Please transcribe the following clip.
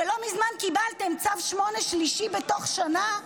שלא מזמן קיבלתם צו 8 שלישי בתוך שנה,